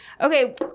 Okay